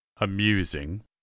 amusing